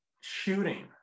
shooting